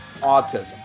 autism